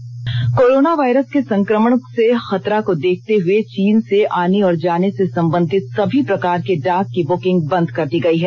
डाक विमाग corona virus के संक्रमण से खतरा को देखते हुए चीन से आने और जाने से संबंधित सभी प्रकार के डाक की बुकिंग बंद कर दी गई है